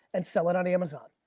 and sell it on amazon.